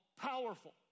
powerful